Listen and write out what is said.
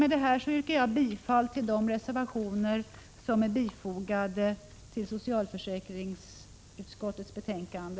Med detta yrkar jag bifall till vpk:s reservationer som är bifogade till socialförsäkringsutskottets betänkande.